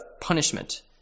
punishment